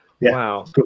Wow